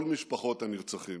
כל משפחות הנרצחים